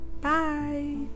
Bye